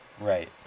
Right